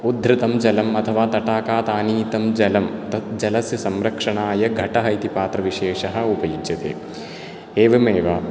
उद्धृतं जलं अथवा तटाकात् आनीतं जलं तत् जलस्य संरक्षणाय घटः इति पात्रविशेषः उपयुज्यते एवमेव